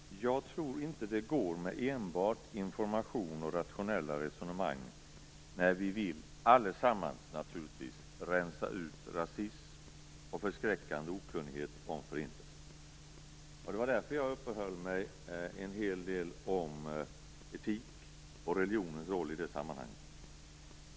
Fru talman! Jag tror inte att det räcker med enbart information och rationella resonemang när vi allesammans vill rensa ut rasism och förskräckande okunnighet om förintelsen. Det var därför jag uppehöll mig en hel del i mitt anförande vid etikens och religionens roll i sammanhanget.